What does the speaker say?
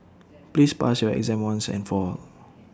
please pass your exam once and for all